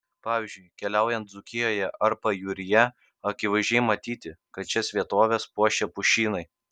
pavyzdžiui keliaujant dzūkijoje ar pajūryje akivaizdžiai matyti kad šias vietoves puošia pušynai